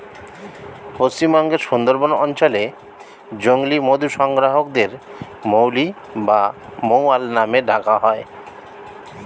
পশ্চিমবঙ্গের সুন্দরবন অঞ্চলে জংলী মধু সংগ্রাহকদের মৌলি বা মৌয়াল নামে ডাকা হয়